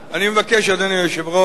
אני מבקש, אדוני היושב-ראש,